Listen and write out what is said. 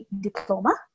Diploma